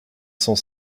cent